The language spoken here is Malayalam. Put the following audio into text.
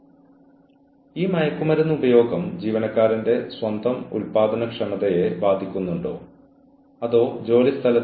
അതിനാൽ നിങ്ങൾ ആദ്യം ജീവനക്കാരനുമായി ഒരു അനൌപചാരിക സംഭാഷണം ആരംഭിക്കുക